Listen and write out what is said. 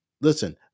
Listen